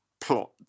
plot